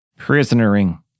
Prisonering